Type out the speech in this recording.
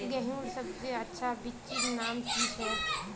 गेहूँर सबसे अच्छा बिच्चीर नाम की छे?